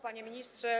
Panie Ministrze!